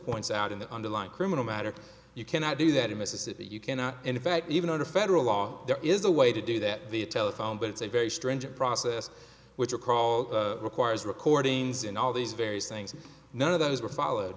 points out in the underlying criminal matter you cannot do that in mississippi you cannot in fact even under federal law there is a way to do that via telephone but it's a very stringent process which recall requires recordings in all these various things none of those were foll